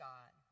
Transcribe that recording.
God